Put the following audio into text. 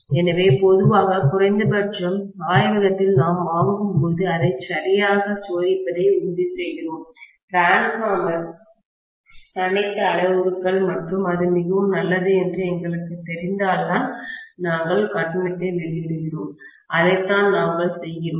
எனவே பொதுவாக குறைந்தபட்சம் ஆய்வகத்தில் நாம் வாங்கும்போது அதை சரியாகச் சோதிப்பதை உறுதிசெய்கிறோம் டிரான்ஸ்பார்மர் அனைத்து அளவுருக்கள் மற்றும் அது மிகவும் நல்லது என்று எங்களுக்குத் தெரிந்தால்தான் நாங்கள் கட்டணத்தை வெளியிடுகிறோம் அதைத்தான் நாங்கள் செய்கிறோம்